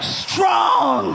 strong